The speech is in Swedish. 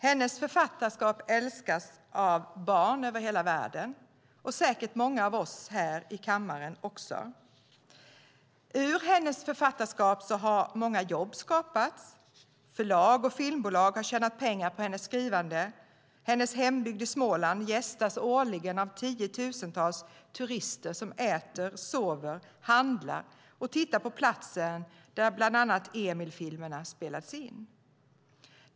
Hennes författarskap älskas av barn över hela världen och säkert av många av oss här i kammaren. Ur hennes författarskap har många jobb skapats. Förlag och filmbolag har tjänat pengar på hennes skrivande. Hennes hembygd i Småland gästas årligen av tiotusentals turister som äter, sover, handlar och tittar på platsen där bland annat Emilfilmerna spelats in.